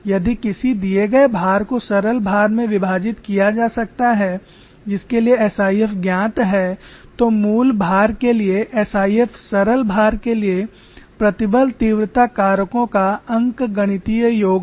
यदि किसी दिए गए भार को सरल भार में विभाजित किया जा सकता है जिसके लिए एसआईएफ ज्ञात हैं तो मूल भार के लिए एसआईएफ सरल भार के लिए प्रतिबल तीव्रता कारकों का अंकगणितीय योग है